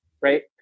Right